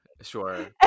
sure